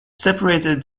separated